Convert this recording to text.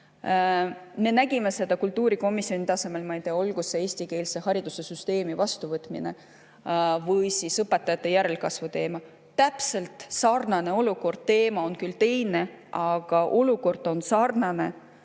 nägime seda kultuurikomisjoni tasemel, ma ei tea, olgu see eestikeelse haridussüsteemi vastuvõtmine või siis õpetajate järelkasvu teema. Täpselt sarnane olukord. Teema on küll teine, aga olukord on sarnane nagu